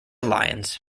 lions